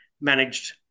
managed